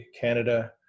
canada